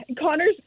Connor's